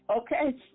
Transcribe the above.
Okay